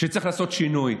שצריך לעשות שינוי.